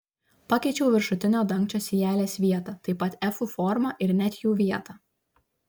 pakeičiau viršutinio dangčio sijelės vietą taip pat efų formą ir net jų vietą